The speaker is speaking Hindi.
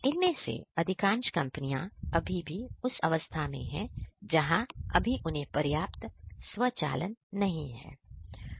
इनमें से अधिकांश कंपनियां अभी भी उस अवस्था में है जहां अभी उनमें पर्याप्त स्वचालन नहीं है